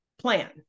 plan